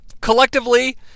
Collectively